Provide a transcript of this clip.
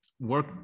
work